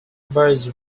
birds